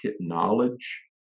knowledge